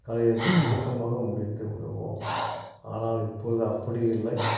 காலை எழுந்து சுருக்கமாக முடித்து விடுவோம் ஆனால் இப்பொழுது அப்படி இல்லை